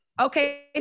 Okay